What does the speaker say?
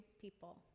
people